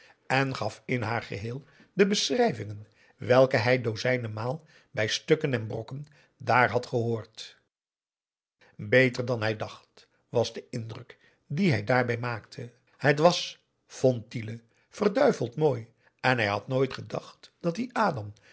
en gaf in haar geheel de beschrijvingen welke hij dozijnen maal bij stukken en brokken daar had gehoord beter dan hij dacht was de indruk dien hij daarbij maakte het was vond tiele verduiveld mooi en hij had nooit gedacht dat die adam